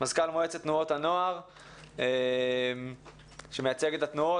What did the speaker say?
מזכ"ל מועצת תנועות הנוער שמייצג את התנועות,